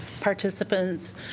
participants